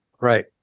Right